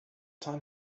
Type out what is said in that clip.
time